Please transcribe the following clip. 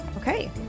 Okay